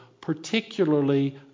particularly